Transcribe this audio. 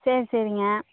சரி சரிங்க